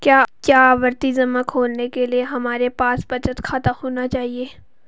क्या आवर्ती जमा खोलने के लिए हमारे पास बचत खाता होना चाहिए?